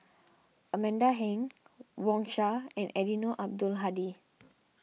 Amanda Heng Wang Sha and Eddino Abdul Hadi